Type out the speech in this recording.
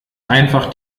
einfach